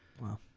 Wow